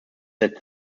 that